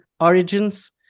origins